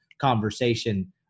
conversation